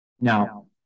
Now